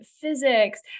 physics